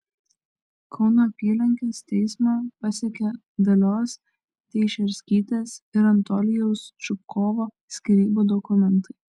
kauno apylinkės teismą pasiekė dalios teišerskytės ir anatolijaus čupkovo skyrybų dokumentai